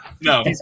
No